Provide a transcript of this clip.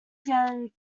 again